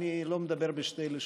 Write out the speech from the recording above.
אני לא מדבר בשתי לשונות.